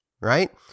right